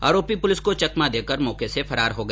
आरोपी पुलिस को चकमा देकर मौके से फरार हो गया